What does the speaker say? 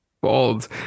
bold